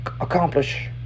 accomplish